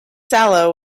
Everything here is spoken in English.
sallow